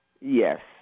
Yes